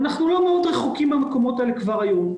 אנחנו לא מאוד רחוקים מהמקומות האלה כבר היום.